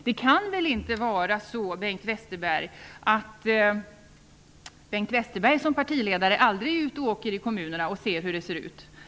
Det kan väl inte vara så att Bengt Westerberg som partiledare aldrig är ute i kommunerna och ser hur det ser ut där?